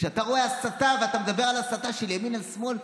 כשאתה רואה הסתה ואתה מדבר על הסתה של ימין על שמאל,